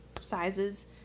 sizes